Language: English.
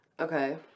Okay